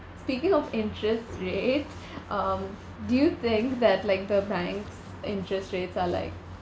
speaking of interest rates um do you think that like the banks interest rates are like